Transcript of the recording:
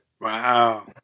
Wow